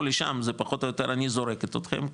לשם זה פחות או יותר אני זורקת אתכם,